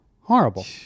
Horrible